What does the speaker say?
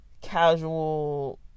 casual